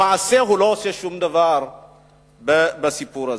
למעשה הוא לא עושה שום דבר בסיפור הזה.